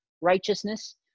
righteousness